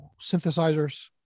synthesizers